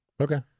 Okay